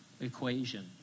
equation